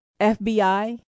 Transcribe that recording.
FBI